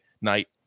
night